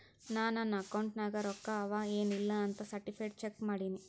ನಾ ನನ್ ಅಕೌಂಟ್ ನಾಗ್ ರೊಕ್ಕಾ ಅವಾ ಎನ್ ಇಲ್ಲ ಅಂತ ಸರ್ಟಿಫೈಡ್ ಚೆಕ್ ಮಾಡಿನಿ